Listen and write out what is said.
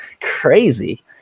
crazy